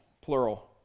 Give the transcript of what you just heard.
plural